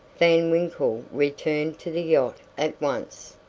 van winkle returned to the yacht at once,